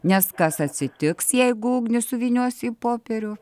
nes kas atsitiks jeigu ugnį suvyniosi į popierių